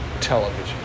television